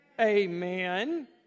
amen